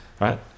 right